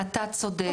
ואתה צודק,